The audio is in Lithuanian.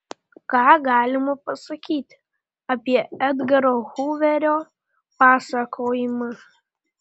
ką galima pasakyti apie edgaro huverio pasakojimą